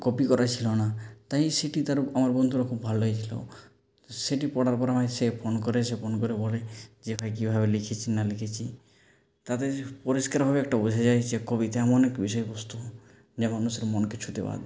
copy করা ছিল না তাই সেটি তার আমার বন্ধুরও খুব ভালো লেগেছিলো সেটি পড়ার পর আমায় সে ফোন করেছে ফোন করে বলে যে ভাই কীভাবে লিখেছি না লিখেছি তাতে পরিষ্কারভাবে একটা বোঝা যায় যে কবিতা এমন এক বিষয়বস্তু যা মানুষের মনকে ছুঁতে বাধ্য